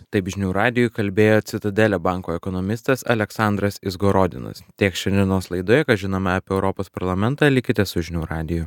taip žinių radijui kalbėjo citadele banko ekonomistas aleksandras izgorodinas tiek šiandienos laidoje ką žinome apie europos parlamentą likite su žinių radiju